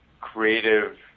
creative